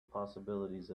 possibilities